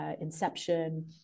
inception